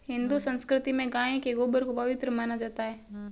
हिंदू संस्कृति में गाय के गोबर को पवित्र माना जाता है